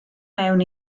mewn